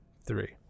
three